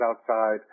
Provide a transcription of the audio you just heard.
outside